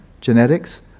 genetics